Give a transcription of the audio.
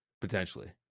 potentially